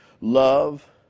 love